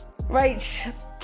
Rach